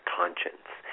conscience